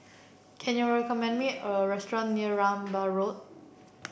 can you recommend me a restaurant near Rambai Road